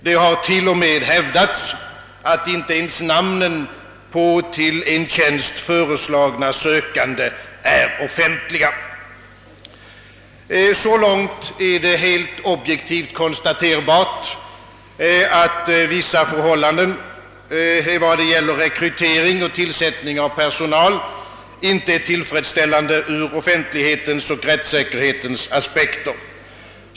Det har till och med hävdats, att inte ens namnen på till en tjänst föreslagna sökande är offentliga. Så långt är det helt objektivt konstaterbart, att vissa förhållanden, vad gäller rekrytering och tillsättning av personal, inte är tillfredsställande ur offentlighetens och rättssäkerhetens aspekter.